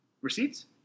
Receipts